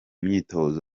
myitozo